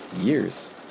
years